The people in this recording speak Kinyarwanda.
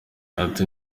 ati